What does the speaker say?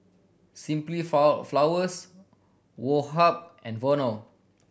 Simply Four Flowers Woh Hup and Vono